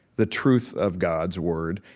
the truth of god's word,